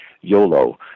YOLO